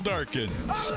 Darkins